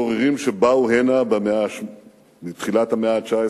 המשוררים שבאו הנה בתחילת המאה ה-19